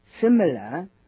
similar